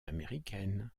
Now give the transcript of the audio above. américaine